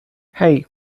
hey